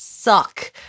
Suck